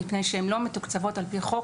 מפני שהן לא מתוקצבות על פי חוק,